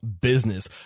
business